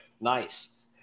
Nice